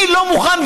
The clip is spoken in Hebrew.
אני לא מוכן,